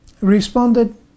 responded